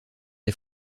des